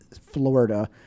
Florida